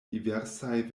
diversaj